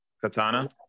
Katana